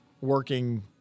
working